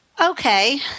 Okay